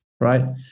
right